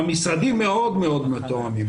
המשרדים מאוד מאוד מתואמים.